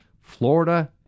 Florida